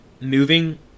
moving